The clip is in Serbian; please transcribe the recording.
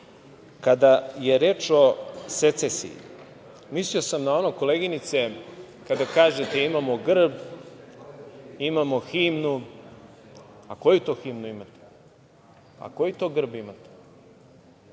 nas. Kada je reč o secesiji, mislio sam na ono, koleginice, kada kažete „imamo grb, imamo himnu“. Koju to himnu imate? Koji to grb imate? Imate